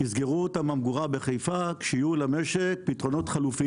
יסגרו את הממגורה בחיפה כשיהיו למשק פתרונות חלופיים.